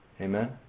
Amen